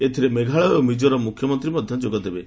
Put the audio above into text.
ଏଥିରେ ମେଘାଳୟ ଓ ମିଜୋରାମ ମୁଖ୍ୟମନ୍ତ୍ରୀ ମଧ୍ୟ ଯୋଗଦେବେ